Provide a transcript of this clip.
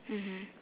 mmhmm